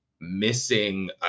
missing